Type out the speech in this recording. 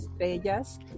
Estrellas